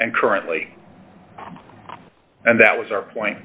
and currently and that was our point